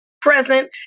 present